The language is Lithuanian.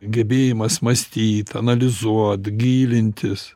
gebėjimas mąstyt analizuot gilintis